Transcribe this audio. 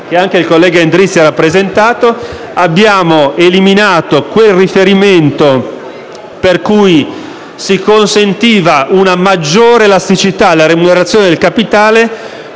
che anche il collega Endrizzi ha rappresentato, abbiamo eliminato quel riferimento per cui si consentiva una maggiore elasticità nella remunerazione del capitale